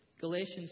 Galatians